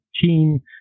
team